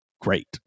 great